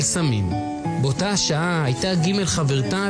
עם סמים ואלכוהול וההכרח לקיים את הדיון הזה דווקא פה,